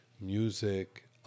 music